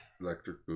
Electric